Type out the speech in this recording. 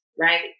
right